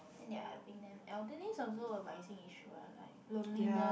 and they are helping them elderly is also a rising issue what like loneliness